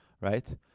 Right